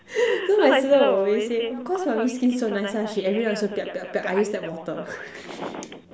so my sister will always say of cause mommy's skin so nice lah she everyday also I use tap water